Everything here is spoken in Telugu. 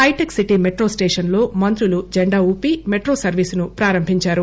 హైటెక్సిటీ మెట్రో స్టేషస్లో మంత్రులు జెండా ఊపి మెట్రో సర్వీసును ప్రారంభించారు